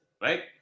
Right